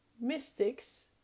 Mystics